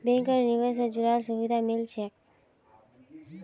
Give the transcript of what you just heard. बैंकत निवेश से जुराल सुभिधा मिल छेक